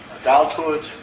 adulthood